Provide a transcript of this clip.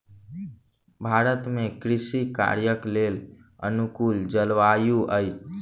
भारत में कृषि कार्यक लेल अनुकूल जलवायु अछि